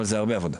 אבל זה הרבה עבודה.